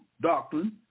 doctrine